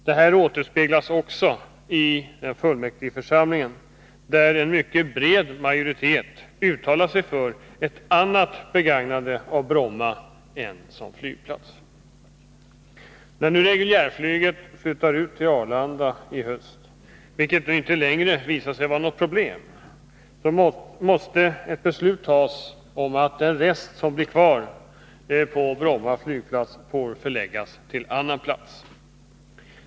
Detta återspeglas också i fullmäktigeförsamlingen, där en mycket bred majoritet uttalat sig för ett annat begagnande av Bromma än som flygplats. När reguljärflyget flyttar ut till Arlanda i höst, vilket nu inte längre visat sig vara något problem, måste ett beslut tas om att den rest av flygtrafiken som blir kvar på Bromma flygplats får förläggas till annan plats.